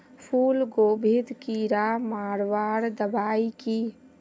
फूलगोभीत कीड़ा मारवार दबाई की?